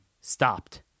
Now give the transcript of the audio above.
stopped